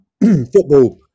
football